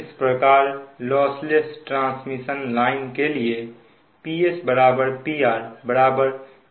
इस प्रकार lossless transmission line के लिए PS PR VS